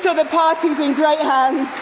so the party is in great hands.